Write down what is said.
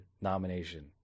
nomination